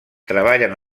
treballen